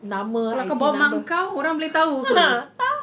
kalau kau bawa mak engkau orang boleh tahu ke